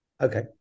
Okay